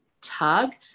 tug